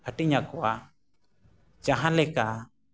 ᱦᱟᱹᱴᱤᱧᱟ ᱠᱚᱣᱟ ᱡᱟᱦᱟᱸᱞᱮᱠᱟ